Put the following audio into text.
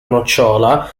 nocciola